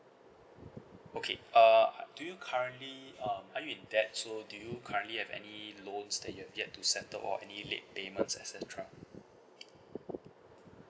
okay uh do you currently uh are you in debt so do you currently have any loans that you have yet to settle or any late payments et cetera